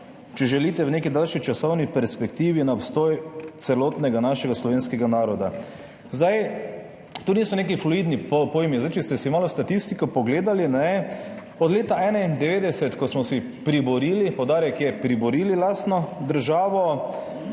če želite, v neki daljši časovni perspektivi, na obstoj celotnega našega slovenskega naroda. To niso neki fluidni pojmi. Če ste si malo statistiko pogledali, od leta 1991, ko smo si priborili, poudarek je na priborili, lastno državo,